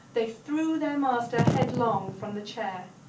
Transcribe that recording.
they threw their master headlong from the chair.